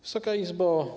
Wysoka Izbo!